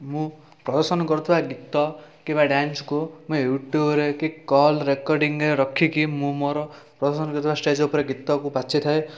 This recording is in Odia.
ମୁଁ ପ୍ରଦର୍ଶନ କରୁଥିବା ଗୀତ କିମ୍ବା ଡାନ୍ସକୁ ମୁଁ ୟୁଟୁବରେ କି କଲ୍ ରେକର୍ଡିଙ୍ଗରେ ରଖିକି ମୁଁ ମୋର ପ୍ରଦର୍ଶନ କରୁଥିବା ଷ୍ଟେଜ୍ ଉପରେ ଗୀତକୁ ବାଛିଥାଏ